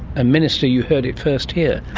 and minister, you heard it first here.